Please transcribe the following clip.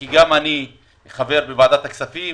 כי גם אני חבר בוועדת הכספים,